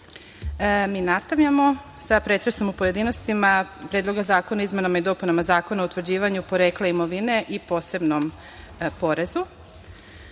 nastavljamo sa pretresom u pojedinostima Predloga zakona o izmenama i dopunama Zakona o utvrđivanju porekla imovine i posebnom